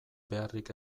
beharrik